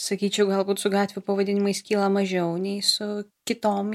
sakyčiau galbūt su gatvių pavadinimais kyla mažiau nei su kitom